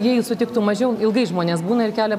jie sutiktų mažiau ilgai žmonės būna ir kelia